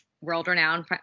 world-renowned